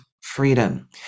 freedom